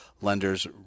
lenders